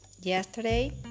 yesterday